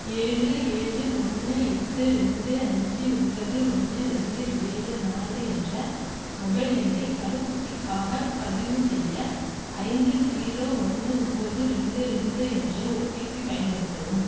ஏழு ஏழு ஒன்று எட்டு ரெண்டு அஞ்சு ஒன்பது ஒன்று ரெண்டு ஏழு நாலு என்ற மொபைல் எண்ணை தடுப்பூசிக்காகப் பதிவுசெய்ய ஐந்து ஜீரோ ஒன்று ஒம்பது ரெண்டு ரெண்டு என்ற ஓடிபி பயன்படுத்தவும்